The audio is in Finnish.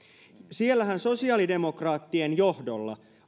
siellähän sosiaalidemokraattien johdolla